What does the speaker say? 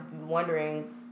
wondering